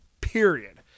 Period